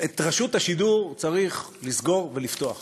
את רשות השידור צריך לסגור ולפתוח.